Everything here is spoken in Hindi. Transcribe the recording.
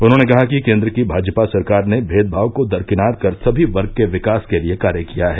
उन्होंने कहा कि केन्द्र की भाजपा सेरकार ने भेदभाव को दरकिनार कर सभी वर्ग के विकास के लिये कार्य किया है